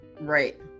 Right